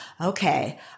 okay